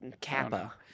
kappa